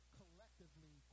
collectively